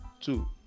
Two